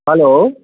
hello